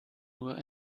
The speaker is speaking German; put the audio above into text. nur